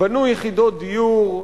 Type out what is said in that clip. בנו יחידות דיור.